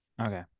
Okay